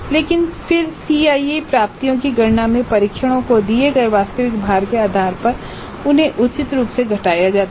लेकिन फिर CIE प्राप्तियों की गणना में परीक्षणों को दिए गए वास्तविक भार के आधार पर उन्हें उचित रूप से घटाया जाता है